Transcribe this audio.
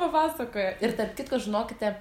papasakojo ir tarp kitko žinokite